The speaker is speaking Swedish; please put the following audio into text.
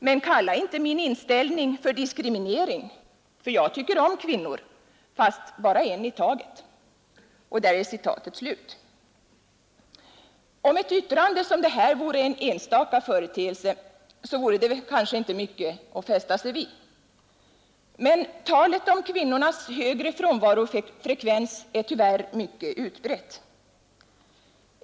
Men kalla inte min inställning för diskriminering, för jag tycker om kvinnor — fast bara en i taget.” Om ett yttrande som detta vore en enstaka företeelse vore det kanske inte mycket att fästa sig vid. Men talet om kvinnornas högre frånvarofrekvens är tyvärr mycket utbrett.